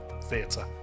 theatre